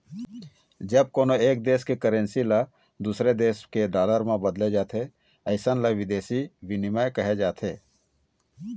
जब कोनो एक देस के करेंसी ल दूसर देस के डॉलर म बदले जाथे अइसन ल बिदेसी बिनिमय कहे जाथे